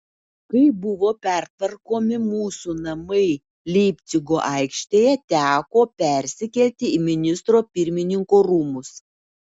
kai buvo pertvarkomi mūsų namai leipcigo aikštėje teko persikelti į ministro pirmininko rūmus